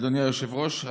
אדוני היושב-ראש,